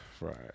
right